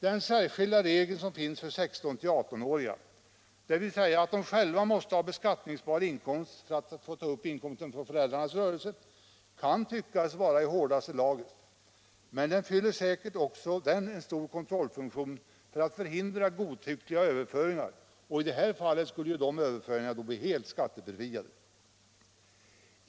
Den särskilda regeln för 16-18-åringar, dvs. att de själva måste ha beskattningsbar inkomst för att få ta upp inkomst från föräldrarnas rörelse, kan tyckas vara i hårdaste laget, men den fyller säkert en stor kontrollfunktion för att förhindra godtyckliga överföringar, som då skulle bli helt skattebefriade.